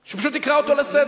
שהוא פשוט יקרא אותו לסדר,